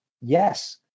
Yes